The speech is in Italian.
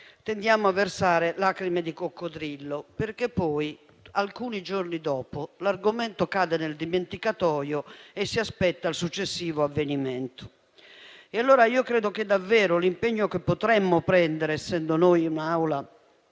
tendiamo a versare lacrime di coccodrillo, perché poi, alcuni giorni dopo, l'argomento cade nel dimenticatoio e si aspetta il successivo avvenimento. Io credo che, davvero, l'impegno che potremmo prendere, essendo noi l'Aula